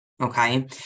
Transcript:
okay